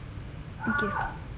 okay